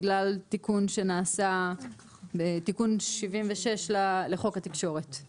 בגלל תיקון 76 לחוק התקשורת שנעשה.